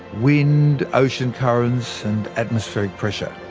wind, ocean currents and atmospheric pressure.